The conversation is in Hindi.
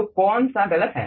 तो कौन सा गलत है